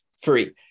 free